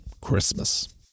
Christmas